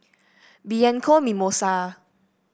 Bianco Mimosa